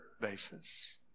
basis